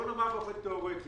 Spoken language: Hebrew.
בואו נאמר באופן תיאורטי,